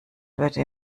würde